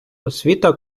освіта